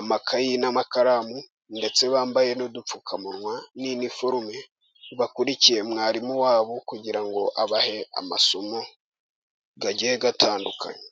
amakayi, n'amakaramu, ndetse bambaye n'udupfukamunwa, n'iniforume. Bakurikiye mwarimu wabo kugira ngo abahe amasomo agiye gatandukanye.